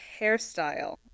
hairstyle